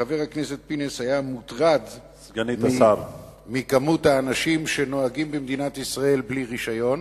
חבר הכנסת פינס היה מוטרד ממספר האנשים שנוהגים במדינת ישראל בלי רשיון,